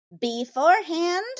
beforehand